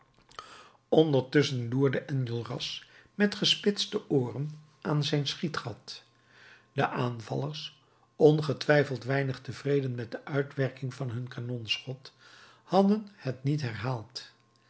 ondertusschen loerde enjolras met gespitste ooren aan zijn schietgat de aanvallers ongetwijfeld weinig tevreden met de uitwerking van hun kanonschot hadden het niet herhaald